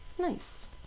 Nice